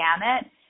gamut